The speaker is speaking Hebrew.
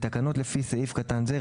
בתקנות לפי סעיף קטן זה,